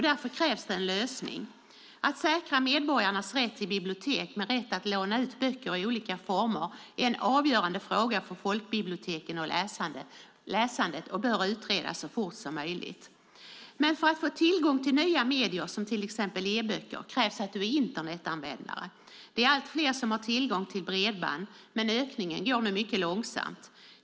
Därför krävs det en lösning. Att säkra medborgarnas rätt till bibliotek med rätt att låna ut böcker i olika former är en avgörande fråga för folkbiblioteken och läsandet och bör utredas så fort som möjligt. Men för att få tillgång till nya medier som till exempel e-böcker krävs att man är Internetanvändare. Det är allt fler som har tillgång till bredband, men ökningen går nu mycket långsamt.